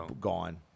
gone